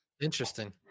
Interesting